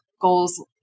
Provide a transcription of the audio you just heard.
goals